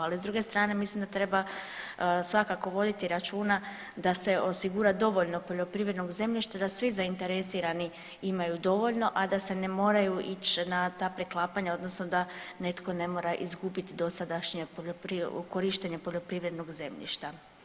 Ali s druge strane mislim da treba svakako voditi računa da se osigura dovoljno poljoprivrednog zemljišta, da svi zainteresirani imaju dovoljno, a da se ne moraju ići na ta preklapanja odnosno da netko ne mora izgubiti dosadašnje korištenje poljoprivrednog zemljišta.